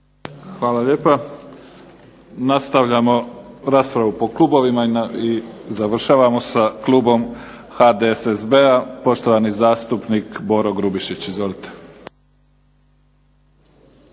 Hvala lijepa. Nastavljamo raspravu po klubovima i završavamo sa klubom HDSSB-a. Poštovani zastupnik Boro Grubišić. Izvolite.